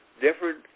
different